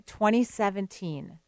2017